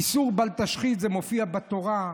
איסור "בל תשחית" מופיע בתורה.